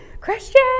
Christian